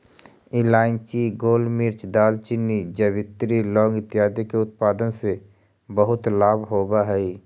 इलायची, गोलमिर्च, दालचीनी, जावित्री, लौंग इत्यादि के उत्पादन से बहुत लाभ होवअ हई